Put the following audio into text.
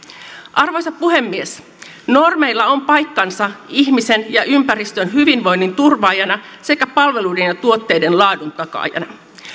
arvoisa puhemies normeilla on paikkansa ihmisen ja ympäristön hyvinvoinnin turvaajana sekä palveluiden ja tuotteiden laadun takaajana